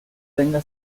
tenga